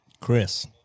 Chris